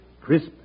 crisp